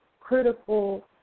critical